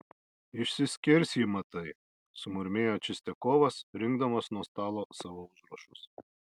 išsiskirs ji matai sumurmėjo čistiakovas rinkdamas nuo stalo savo užrašus